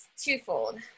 twofold